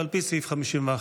על פי סעיף 51(ב)